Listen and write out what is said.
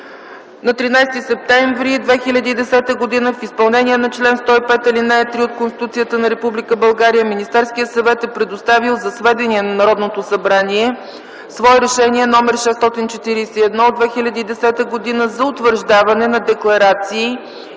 На 13 септември 2010 г. в изпълнение на чл. 105, ал. 3 от Конституцията на Република България Министерският съвет е предоставил за сведение на Народното събрание свое Решение № 641 от 2010 г. за утвърждаване на декларации